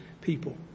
people